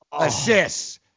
Assists